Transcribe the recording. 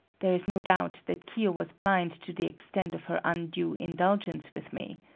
there is no doubt that kiyo was blind to the extent of her undue indulgence with me.